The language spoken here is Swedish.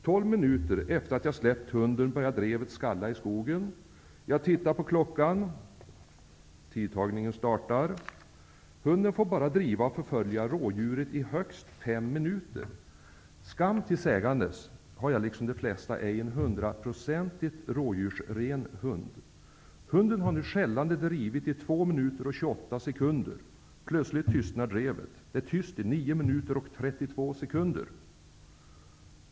Tolv minuter efter det att jag släppt hunden börjar drevet skalla i skogen. Jag tittar på klockan, och tidtagningen startar. Hunden får bara driva och förfölja rådjuret i högst fem minuter. Skam till sägandes har jag, liksom de flesta, inte en hundraprocentigt rådjursren hund. Hunden har nu skällande drivit i två minuter och tjugoåtta sekunder. PLötsligt tystnar drevet. Det är tyst i nio minuter och trettiotvå sekunder.